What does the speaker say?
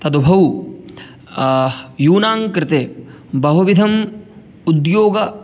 तदुभौ यूनां कृते बहुविधम् उद्योगः